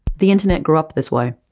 the internet grew up this way,